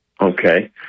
Okay